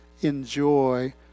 enjoy